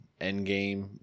Endgame